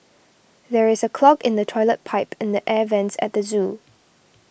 there is a clog in the Toilet Pipe and the Air Vents at the zoo